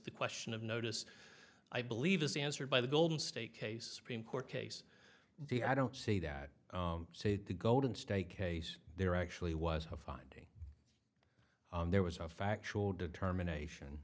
the question of notice i believe is answered by the golden state case court case the i don't see that golden state case there actually was a finding there was a factual determination